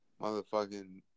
motherfucking